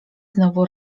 znowu